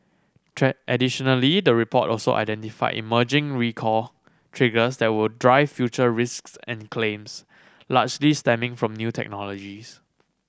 additionally the report also identified emerging recall triggers that will drive future risks and claims largely stemming from new technologies